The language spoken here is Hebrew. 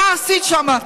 מה עשית שם?